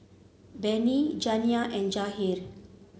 Bennie Janiah and Jahir